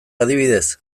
adibidez